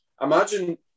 imagine